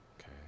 Okay